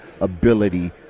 ability